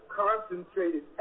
concentrated